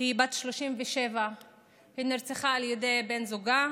והיא בת 37. היא נרצחה בידי בן זוגה